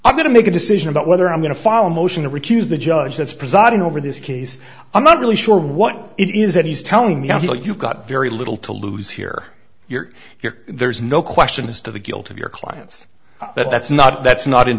i'm going to make a decision about whether i'm going to follow a motion to recuse the judge that's presiding over this case i'm not really sure what it is that he's telling me i feel you've got very little to lose here you're here there's no question as to the guilt of your clients but that's not that's not in